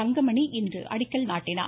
தங்கமணி இன்று அடிக்கல் நாட்டினார்